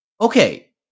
Okay